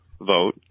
vote